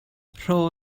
rho